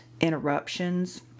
interruptions